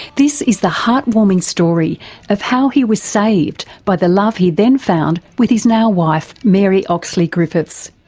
this is the heart-warming story of how he was saved by the love he then found with his now wife, mary oxley-griffiths.